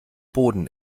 boden